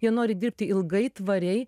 jie nori dirbti ilgai tvariai